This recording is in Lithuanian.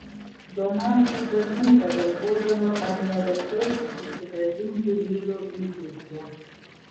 donatas dažnai pagalvodavo ar nevertėtų susigrąžinti vilių į ūkį